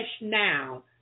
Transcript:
now